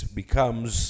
becomes